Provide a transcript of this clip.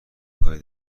کاری